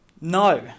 No